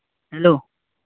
hello